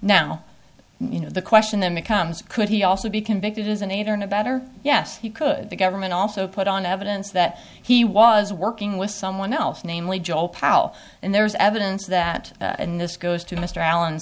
know the question then becomes could he also be convicted as an aider and abettor yes he could the government also put on evidence that he was working with someone else namely joe powell and there's evidence that and this goes to mr allen